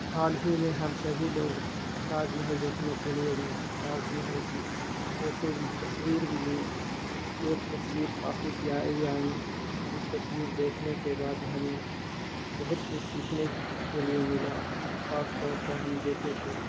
حال ہی میں ہم سبھی لوگ تاج محل دیکھنے کے لیے گئے تاج محل کی فوٹو بھی تصویر بھی لیے وہ تصویر کافی پیاری آئیں وہ تصویر دیکھنے کے بعد ہمیں بہت کچھ سیکھنے کے لیے ملا خاص طور پہ ہم دیکھے تو